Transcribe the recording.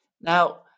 Now